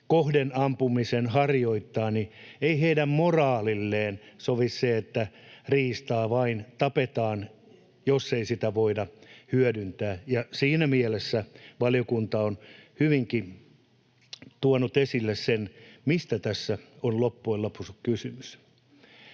kohden ampumisen harjoittavat, moraalille sovi se, että riistaa vain tapetaan, jos ei sitä voida hyödyntää. Ja siinä mielessä valiokunta on hyvinkin tuonut esille sen, mistä tässä on loppujen lopuksi kysymys.